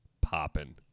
popping